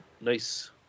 nice